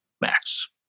max